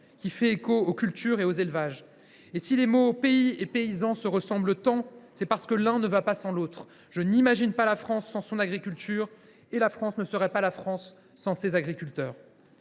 qui fait écho aux cultures et aux élevages. Et si les mots « pays » et « paysan » se ressemblent tant, c’est parce que l’un ne va pas sans l’autre. Je n’imagine pas la France sans son agriculture, et la France ne serait pas la France sans ses agriculteurs.